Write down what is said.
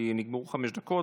כי נגמרו חמש דקות.